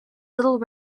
little